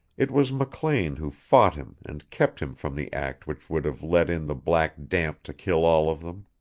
it was mclean who fought him and kept him from the act which would have let in the black damp to kill all of them